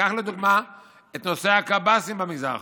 ניקח לדוגמה את נושא הקב"סים במגזר החרדי.